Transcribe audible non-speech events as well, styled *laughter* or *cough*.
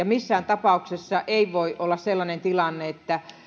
*unintelligible* missään tapauksessa ei voi olla sellainen tilanne että